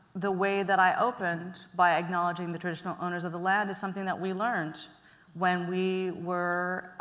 the way that i opened by acknowledging the traditional owners of the land is something that we learned when we were